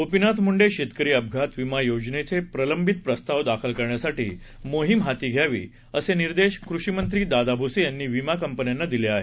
गोपीनाथ मुंडे शेतकरी अपघात विमा योजनेचे प्रलंबित प्रस्ताव दाखल करण्यासाठी मोहीम हाती घ्यावी असे निर्देश कृषी मंत्री दादा भुसे यांनी विमा कंपन्यांना दिले आहेत